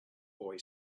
boy